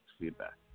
feedback